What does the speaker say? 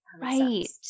right